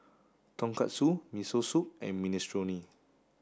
tonkatsu miso soup and minestrone